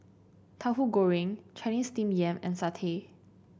Tauhu Goreng Chinese Steamed Yam and satay